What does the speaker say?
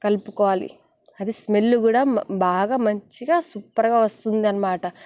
కలుపుకోవాలి అది స్మెల్ కూడా బాగా మంచిగా సూపర్గా వస్తుందన్నమాట